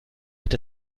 hat